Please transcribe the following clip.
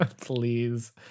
Please